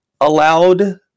allowed